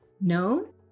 known